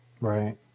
Right